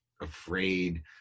afraid